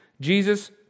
Jesus